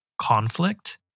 conflict